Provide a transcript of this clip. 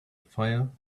fire